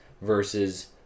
versus